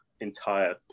entire